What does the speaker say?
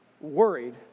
worried